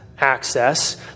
access